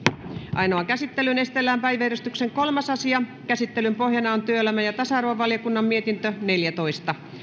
ainoaan käsittelyyn esitellään päiväjärjestyksen kolmas asia käsittelyn pohjana on työelämä ja tasa arvovaliokunnan mietintö neljätoista